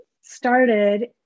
started